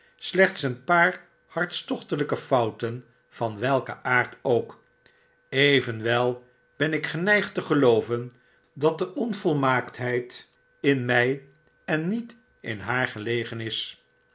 slechts een paar hartstochtelijke fouten van welken aard ook evenwel ben ik geneigd te gelooven dat de onvolmaaktheid in mij en niet in haar gelegen is